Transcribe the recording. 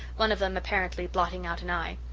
one of them, apparently, blotting out an eye.